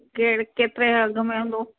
केर केतिरे अघि में हूंदो